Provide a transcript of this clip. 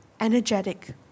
energetic